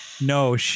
No